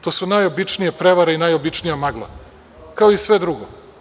To su najobičnije prevare i najobičnija magla, kao i sve drugo.